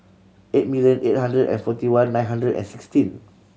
eight million eight hundred and forty one nine hundred and sixteen